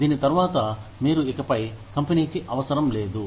దీని తరువాత మీరు ఇకపై కంపెనీకి అవసరం లేదు